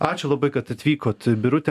ačiū labai kad atvykot birutė